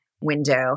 window